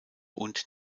und